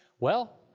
well,